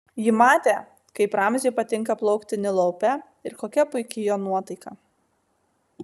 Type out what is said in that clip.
ji matė kaip ramziui patinka plaukti nilo upe ir kokia puiki jo nuotaika